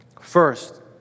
First